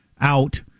out